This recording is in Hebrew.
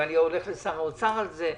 ואני הולך לשר האוצר על זה.